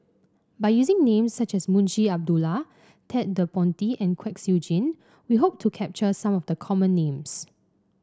by using names such as Munshi Abdullah Ted De Ponti and Kwek Siew Jin we hope to capture some of the common names